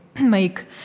make